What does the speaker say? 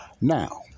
Now